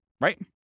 Right